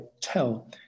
tell